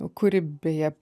kuri beje